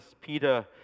Peter